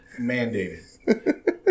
Mandated